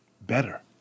better